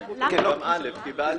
סיימנו.